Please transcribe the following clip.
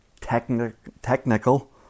technical